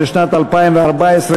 33,